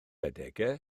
adegau